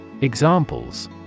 Examples